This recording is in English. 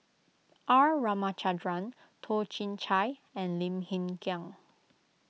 R Ramachandran Toh Chin Chye and Lim Hng Kiang